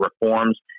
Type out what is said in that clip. reforms